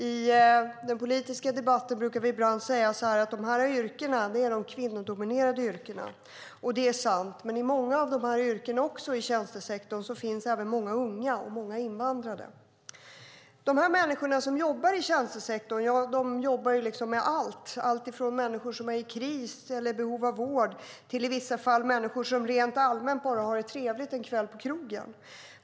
I den politiska debatten brukar vi ibland säga att de här yrkena är de kvinnodominerade yrkena, och det är sant. Men i många av yrkena i tjänstesektorn finns även många unga och många invandrare. De människor som jobbar i tjänstesektorn jobbar med allt, alltifrån människor som är i kris eller i behov av vård till i vissa fall människor som rent allmänt bara har det trevligt en kväll på krogen.